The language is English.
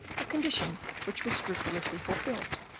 a condition which was scrupulously fulfilled,